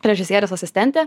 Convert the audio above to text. režisieriaus asistentė